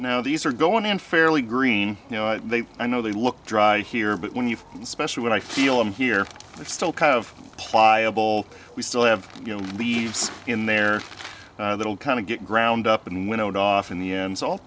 now these are going in fairly green you know they i know they look dry here but when you especially when i feel i'm here it's still kind of pliable we still have leaves in there little kind of get ground up and went off in the end so